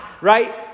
right